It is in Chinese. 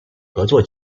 合作